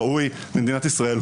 ראוי במדינת ישראל,